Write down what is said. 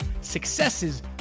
successes